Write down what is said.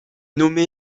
nommé